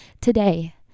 today